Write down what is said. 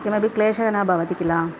किमपि क्लेशः न भवति किल